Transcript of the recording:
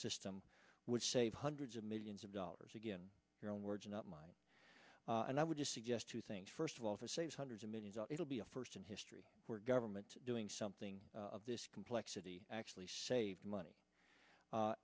system would save hundreds of millions of dollars again your own words not mine and i would just suggest two things first of all to save hundreds of millions of it'll be a first in history where government doing something of this complexity actually save money